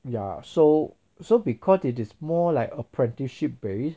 ya so so because it is more like apprenticeship base